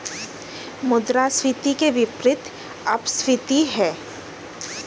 मुद्रास्फीति के विपरीत अपस्फीति है